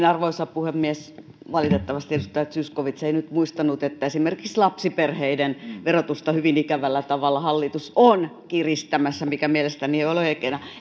arvoisa puhemies valitettavasti edustaja zyskowicz ei nyt muistanut että esimerkiksi lapsiperheiden verotusta hyvin ikävällä tavalla hallitus on kiristämässä mikä mielestäni ei ole oikein eikö